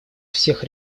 всех